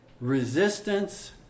resistance